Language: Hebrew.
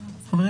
חברים,